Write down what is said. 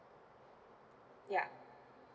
ya